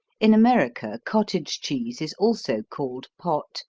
in america cottage cheese is also called pot,